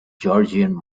georgian